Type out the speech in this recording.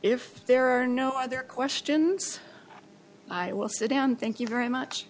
if there are no other questions i will sit down thank you very much